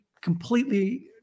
completely